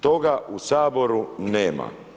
Toga u Saboru nema.